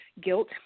guilt